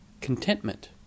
Contentment